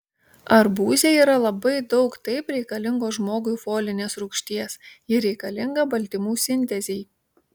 arbūze yra labai daug taip reikalingos žmogui folinės rūgšties ji reikalinga baltymų sintezei